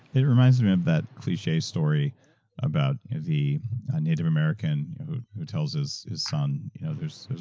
it reminds me of that cliche story about the native american who tells his his son you know there's there's